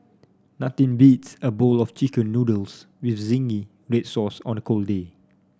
nothing beats a bowl of chicken noodles with zingy red sauce on a cold day